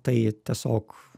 tai tiesiog